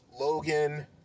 Logan